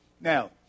Now